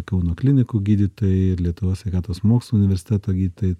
kauno klinikų gydytojai ir lietuvos sveikatos mokslų universiteto gydytojai